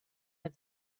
his